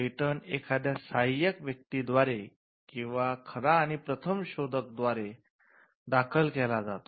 patent एखाद्या सहाय्यक व्यक्तीद्वारे किंवा खरा आणि प्रथम शोधक द्व्यारे दाखल केला जातो